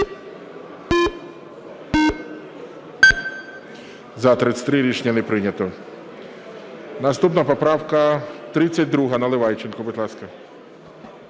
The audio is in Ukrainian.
За-38 Рішення не прийнято. Наступна поправка номер 42, Наливайченко, будь ласка.